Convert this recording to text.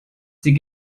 sie